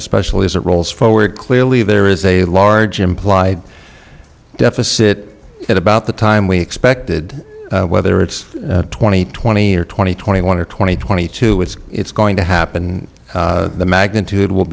especially as it rolls forward clearly there is a large implied deficit at about the time we expected whether it's twenty twenty or twenty twenty one or twenty twenty two it's it's going to happen and the magnitude will